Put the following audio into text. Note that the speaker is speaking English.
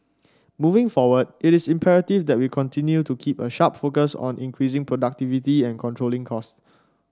moving forward it is imperative that we continue to keep a sharp focus on increasing productivity and controlling costs